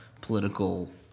political